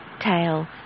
tail